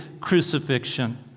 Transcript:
crucifixion